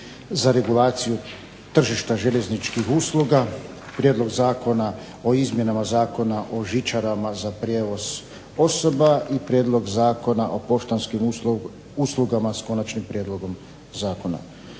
za regulaciju tržišta željezničkih usluga, Prijedlog zakona o izmjenama Zakona o žičarama za prijevoz osoba i Prijedlog zakona o poštanskim uslugama s Konačnim prijedlogom zakona.